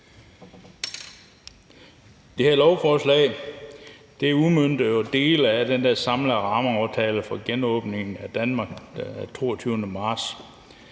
Det her lovforslag udmønter jo dele af den samlede rammeaftale for genåbningen af Danmark af 22. marts,